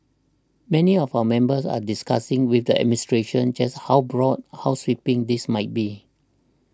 many of our members are discussing with the administration just how broad how sweeping this might be